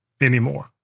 anymore